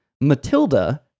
matilda